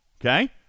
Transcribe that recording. Okay